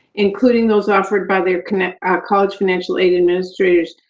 including those offered by their kind of ah college financial aid administrators,